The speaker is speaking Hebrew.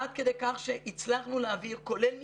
עד כדי כך שהצלחנו להעביר כולל מקדמות,